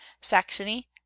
saxony